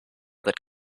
that